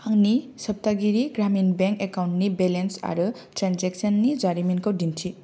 आंनि सप्तागिरि ग्रामिन बेंक एकाउन्टनि बेलेन्स आरो ट्रेनजेक्सननि जारिमिनखौ दिन्थि